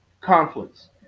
conflicts